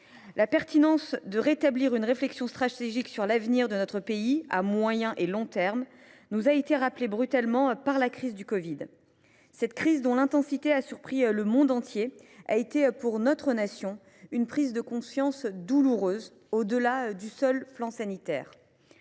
La pertinence du rétablissement d’une réflexion stratégique sur l’avenir de notre pays, à moyen et long termes, nous a été rappelée brutalement par la crise du covid 19. Cette crise dont l’intensité a surpris le monde entier a entraîné dans notre Nation une prise de conscience douloureuse, au delà du seul domaine sanitaire.